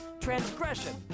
transgression